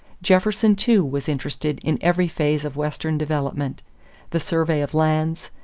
jefferson, too, was interested in every phase of western development the survey of lands,